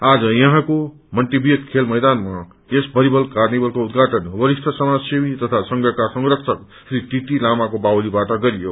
आज यहाँको मण्टिभियट खेल मैदानमा यस भलिबल कार्निमलको उद्युषाटन वरिष्ठ समाजसेवी तथा संघक्र संरक्षक श्री दीदी लामाको बाहुलीबाट गरियो